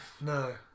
no